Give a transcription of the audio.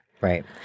Right